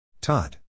Todd